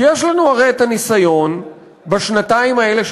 כי יש לנו את הניסיון בשנתיים האלה,